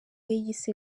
yise